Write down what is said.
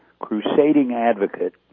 crucial trading advocates